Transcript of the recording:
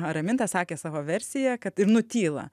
raminta sakė savo versiją kad nutyla